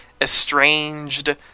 estranged